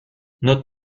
not